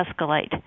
escalate